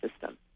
system